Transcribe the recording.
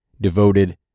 devoted